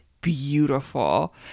beautiful